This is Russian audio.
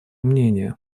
мнения